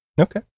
Okay